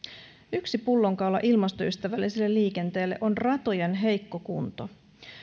yksi pullonkaula ilmastoystävälliselle liikenteelle on ratojen heikko kunto